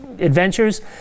adventures